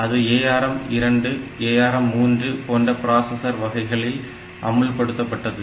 அது ARM 2 ARM 3 போன்ற processor வகைகளில் அமுல்படுத்தப்பட்டது